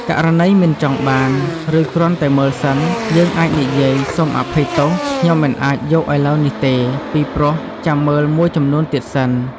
ករណីមិនចង់បាន ឬគ្រាន់តែមើលសិន យើងអាចនិយាយ សូមអភ័យទោស ខ្ញុំអាចមិនយកឥឡូវនេះទេ ពីព្រោះចាំមើលមួយចំនួនទៀតសិន។